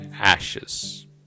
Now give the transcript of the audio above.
ashes